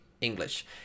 English